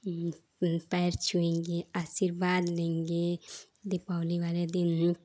पैर छुएँगे आशीर्वाद लेंगे दीपावली वाले दिन